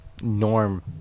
norm